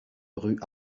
rue